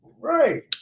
right